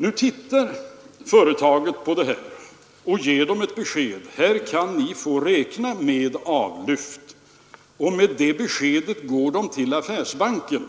Nu undersöker kreditföretaget detta och ger ett besked att den sökande får räkna med avlyft, och med det beskedet går han till affärsbanken